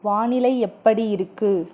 வானிலை எப்படி இருக்குது